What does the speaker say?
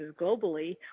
globally